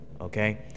okay